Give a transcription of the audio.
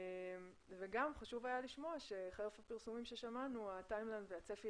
חשוב היה גם לשמוע שחרף הפרסומים ששמענו הצפי